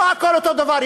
לא הכול אותו דבר.